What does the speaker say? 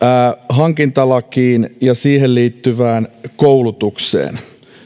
hankintalakiin ja siihen liittyvään koulutukseen